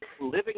living